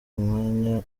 umwanya